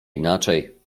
inaczej